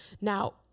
now